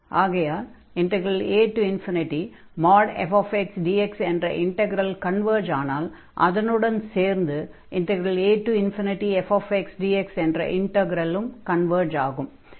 ஆகையால் afdx என்ற integral converge ஆனால் அதனுடன் சேர்ந்து afdx என்ற இன்டக்ரலும் கன்வர்ஜ் ஆகும்